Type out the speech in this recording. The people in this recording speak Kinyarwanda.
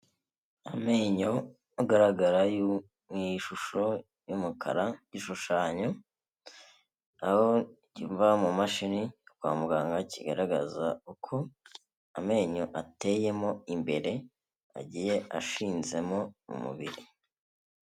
Amenyo agaragara mu ishusho y'umukara igishushanyo aho kiba mu mashini kwa muganga kigaragaza uko amenyo ateyemo imbere agiye ashinzemo mu mubiri.